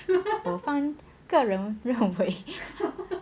我方个人认为